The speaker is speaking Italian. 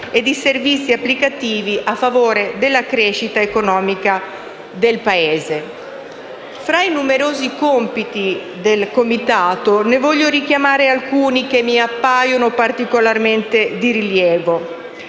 e di servizi applicativi a favore della crescita economica del Paese. Fra i numerosi compiti del Comitato, ne voglio richiamare alcuni che mi appaiano particolarmente di rilievo: